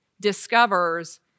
discovers